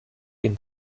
den